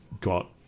got